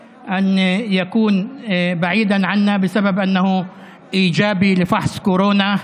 אשר נאלץ להיות מרוחק מאיתנו בגלל שהוא חיובי לבדיקת קורונה.